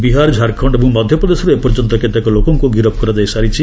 ବିହାର ଝାରଖଣ୍ଡ ଏବଂ ମଧ୍ୟପ୍ରଦେଶରୁ ଏପର୍ଯ୍ୟନ୍ତ କେତେକ ଲୋକଙ୍କୁ ଗିରଫ କରାଯାଇ ସାରିଛି